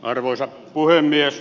arvoisa puhemies